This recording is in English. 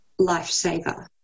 lifesaver